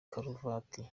karuvati